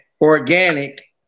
organic